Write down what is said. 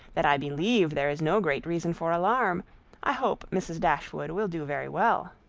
that i believe there is no great reason for alarm i hope mrs. dashwood will do very well